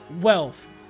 wealth